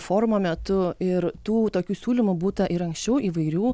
forumo metu ir tų tokių siūlymų būta ir anksčiau įvairių